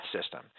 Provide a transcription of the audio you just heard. system